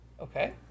Okay